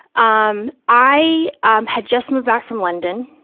um i um had just moved back from london,